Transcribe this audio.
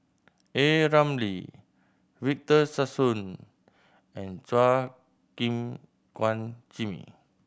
A Ramli Victor Sassoon and Chua Gim Guan Jimmy